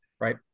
right